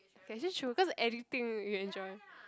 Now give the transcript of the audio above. kay actually true cause everything you enjoy